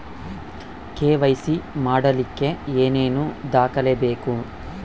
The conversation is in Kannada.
ಕೆ.ವೈ.ಸಿ ಮಾಡಲಿಕ್ಕೆ ಏನೇನು ದಾಖಲೆಬೇಕು?